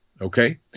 Okay